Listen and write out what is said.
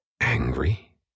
Angry